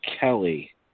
Kelly